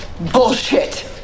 Bullshit